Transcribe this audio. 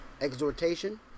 exhortation